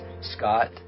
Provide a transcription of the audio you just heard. Scott